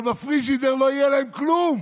אבל בפריג'ידר לא יהיה להם כלום.